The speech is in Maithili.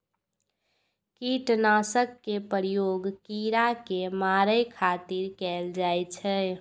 कीटनाशक के प्रयोग कीड़ा कें मारै खातिर कैल जाइ छै